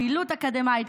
פעילות אקדמית,